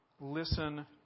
listen